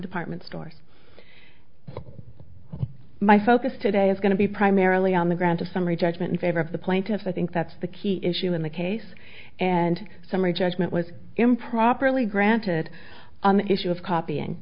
department store my focus today is going to be primarily on the grounds of summary judgment in favor of the plaintiff i think that's the key issue in the case and summary judgment was improperly granted on the issue of copying